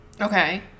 okay